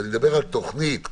ואני מדבר על תוכנית כתובה,